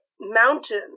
mountain